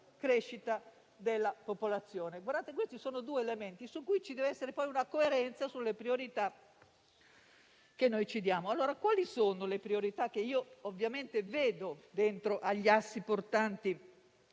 della popolazione. Questi sono due elementi su cui deve esserci poi una coerenza sulle priorità che ci diamo. Quali sono le priorità che io vedo dentro gli assi portanti